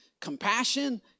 Compassion